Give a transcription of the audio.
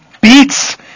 beats